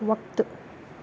वक़्तु